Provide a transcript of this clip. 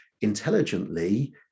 intelligently